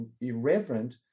irreverent